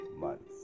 months